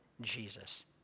Jesus